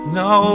no